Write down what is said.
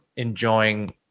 enjoying